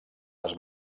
les